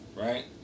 right